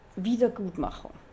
wiedergutmachung